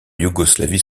yougoslavie